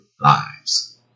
lives